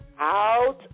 Out